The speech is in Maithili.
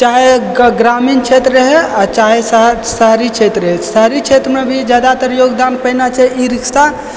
चाहे ग्रामीण क्षेत्र रहै आओर चाहे शहरी क्षेत्र रहै शहरी क्षेत्रमे भी जादातर योगदान पहिने छै ई रिक्शा